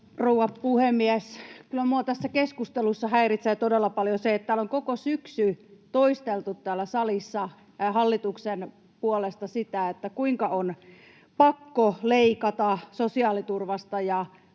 rouva puhemies! Kyllä minua tässä keskustelussa häiritsee todella paljon se, että täällä salissa on koko syksy toisteltu hallituksen puolesta sitä, kuinka on pakko leikata sosiaaliturvasta ja